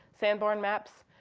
sanborn maps,